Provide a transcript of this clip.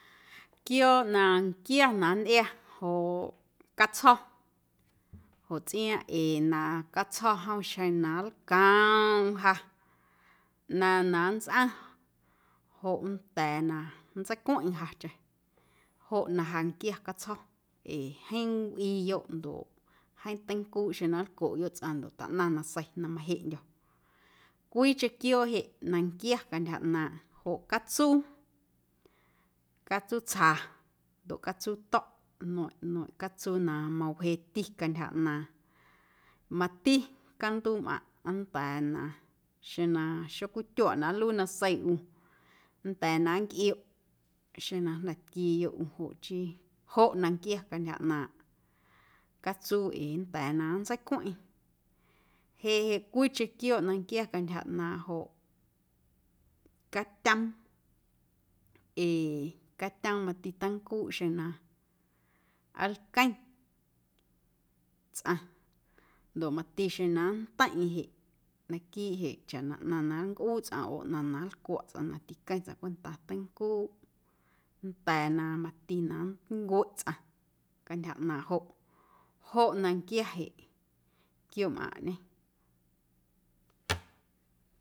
Quiooꞌ na nquia na nntꞌia joꞌ catsjo̱ joꞌ tsꞌiaaⁿꞌ ee na catsjo̱ jom xeⁿ na nlcoomꞌm ja ꞌnaⁿ na nntsꞌaⁿ joꞌ na nnda̱a̱ na nntseicweⁿꞌeⁿ jacheⁿ joꞌ na ja nquia catsjo̱ ee jeeⁿ wꞌiiyoꞌ ndoꞌ jeeⁿ teincuuꞌ xeⁿ na nlcoꞌyoꞌ tsꞌaⁿ ndoꞌ taꞌnaⁿ nasei na majeꞌndyo̱, cwiicheⁿ quiooꞌ jeꞌ na nquia cantyja ꞌnaaⁿꞌ joꞌ catsuu, catsuutsja ndoꞌ catsuuto̱ꞌ nueiⁿꞌ nueiⁿꞌ catsuu na mawjeeti cantyja ꞌnaaⁿ mati canduumꞌaⁿꞌ nnda̱a̱ na xeⁿ na xocwityuaꞌ na nluii nasei ꞌu nnda̱a̱ na nncꞌioꞌ xeⁿ na jnda̱ tquiiyoꞌ ꞌu joꞌ chii joꞌ na nquia cantyja ꞌnaaⁿꞌ catsuu ee nnda̱a̱ na nntseicweⁿꞌeⁿ jeꞌ jeꞌ cwiicheⁿ quiooꞌ na nquia cantyja ꞌnaaⁿꞌ joꞌ catyoom ee catyoom mati teincuuꞌ xeⁿ na nlqueⁿ tsꞌaⁿ ndoꞌ mati xeⁿ na nnteiⁿꞌeiⁿ jeꞌ naquiiꞌ jeꞌ chaꞌ na ꞌnaⁿ na nncꞌuu tsꞌaⁿ oo ꞌnaⁿ na nlcwaꞌ tsꞌaⁿ na tiqueⁿ tsꞌaⁿ cwenta teincuuꞌ nnda̱a̱ na mati na nncueꞌ tsꞌaⁿ cantyja ꞌnaaⁿꞌ joꞌ, joꞌ na nquia jeꞌ quiooꞌmꞌaⁿꞌñe.